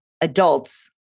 adults